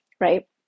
right